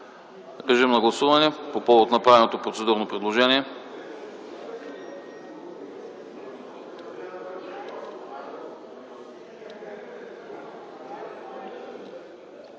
Режим на гласуване по повод направеното процедурно предложение.